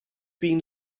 been